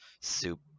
soup